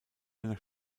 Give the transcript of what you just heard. einer